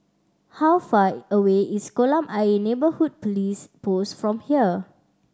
how far away is Kolam Ayer Neighbourhood Police Post from here